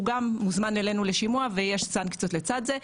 הוא גם מוזמן אלינו לשימוע ויש סנקציות לצד זה.